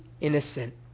innocent